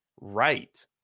right